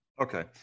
Okay